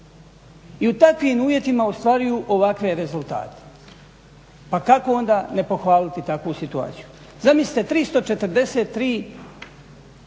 I u takvim uvjetima ostvaruju ovakve rezultate. Pa kako onda ne pohvaliti takvu situaciju. Zamislite 343